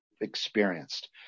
experienced